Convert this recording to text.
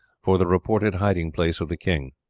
for the reported hiding-place of the king.